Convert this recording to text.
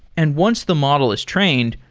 and once the model is trained,